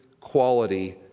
quality